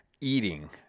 eating